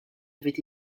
avait